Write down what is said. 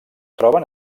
troben